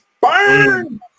Burn